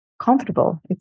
comfortable